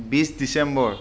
বিছ ডিচেম্বৰ